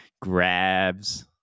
grabs